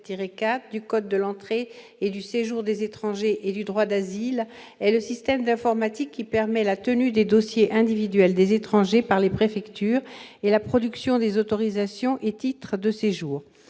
du code de l'entrée et du séjour des étrangers et du droit d'asile et le système d'informatique qui permet la tenue des dossiers individuels des étrangers par les préfectures et la production des autorisations et titre de séjour